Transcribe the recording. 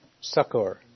succor